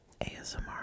ASMR